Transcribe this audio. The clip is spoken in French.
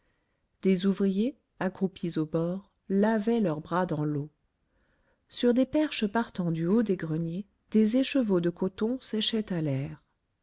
des ouvriers accroupis au bord lavaient leurs bras dans l'eau sur des perches partant du haut des greniers des écheveaux de coton séchaient à l'air